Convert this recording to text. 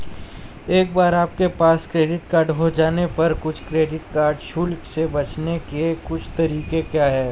एक बार आपके पास क्रेडिट कार्ड हो जाने पर कुछ क्रेडिट कार्ड शुल्क से बचने के कुछ तरीके क्या हैं?